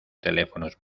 teléfonos